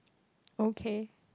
okay